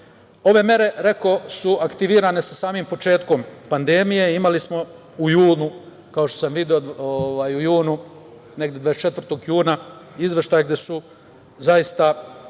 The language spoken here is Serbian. mere su aktivirane sa samim početkom pandemije. Imali smo u junu, kao što sam video, negde 24. juna izveštaj gde su zaista,